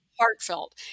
heartfelt